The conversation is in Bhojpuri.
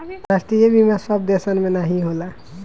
राष्ट्रीय बीमा सब देसन मे नाही होला